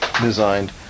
designed